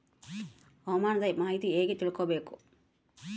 ಹವಾಮಾನದ ಮಾಹಿತಿ ಹೇಗೆ ತಿಳಕೊಬೇಕು?